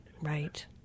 right